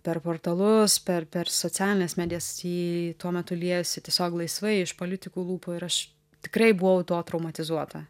per portalus per per socialines medijas į tuo metu liejosi tiesiog laisvai iš politikų lūpų ir aš tikrai buvau tuo traumatizuota